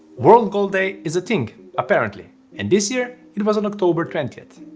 world gold day is a thing apparently and this year it was on october twentieth.